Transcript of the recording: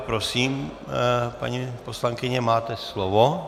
Prosím, paní poslankyně, máte slovo.